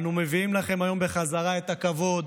אנו מביאים לכם היום בחזרה את הכבוד,